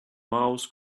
mouse